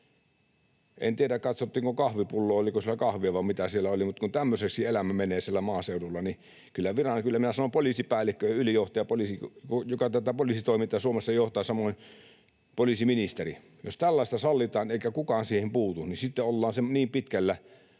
En tiedä, katsottiinko kahvipulloon, oliko siellä kahvia vai mitä siellä oli. Mutta kun tämmöiseksi elämä menee siellä maaseudulla, niin kyllä minä sanon, poliisipäällikkö, ylijohtaja, joka tätä poliisitoimintaa Suomessa johtaa, samoin poliisiministeri: jos tällaista sallitaan eikä kukaan siihen puutu, niin sitten ollaan niin pitkällä